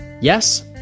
Yes